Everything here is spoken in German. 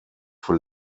für